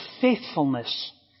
faithfulness